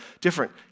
different